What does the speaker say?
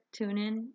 TuneIn